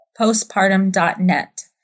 postpartum.net